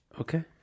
Okay